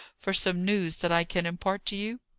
for some news that i can impart to you?